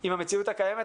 עם המצמיאות הקיימת,